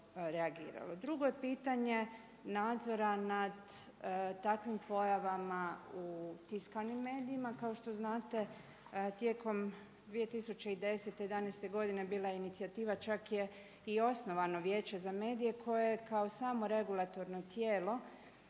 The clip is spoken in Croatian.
Drugo je pitanje nadzora nad takvim pojama u tiskanim medijima. Kao što znate tijekom 2010., 2011. godine bila je inicijativa, čak je i osnovano Vijeće za medije koje je kao samo regulatorno tijelo